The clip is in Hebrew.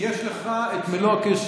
יש לך מלוא הקשב,